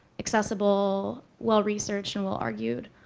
accessible, well researched, and well-argued,